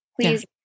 please